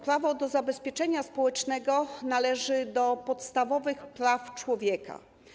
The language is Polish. Prawo do zabezpieczenia społecznego należy do podstawowych praw człowieka.